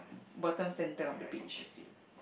bottom centre of the beach